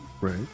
Right